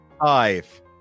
Five